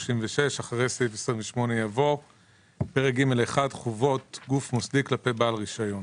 (2)אחרי פרק ג'1: חובות גוף מוסדי כלפי בעל רישיון